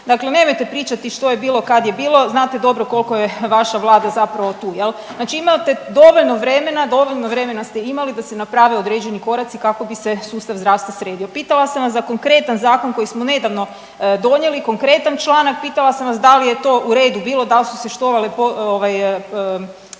Dakle nemojte pričati što je bilo kad je bilo, znate dobro koliko je vaša vlada zapravo tu. Znači imate dovoljno vremena, dovoljno vremena ste imali da se naprave određeni koraci kako bi se sustav zdravstva sredio. Pitala sam vas za konkretan zakon koji smo nedavno donijeli, konkretan članak, pitala sam vas da li je to u redu bilo, da li su se štovale upute